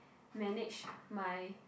manage my